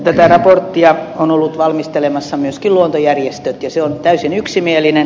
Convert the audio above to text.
tätä raporttia ovat olleet valmistelemassa myöskin luontojärjestöt ja se on täysin yksimielinen